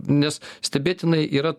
nes stebėtinai yra